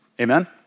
amen